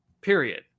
period